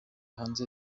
hanze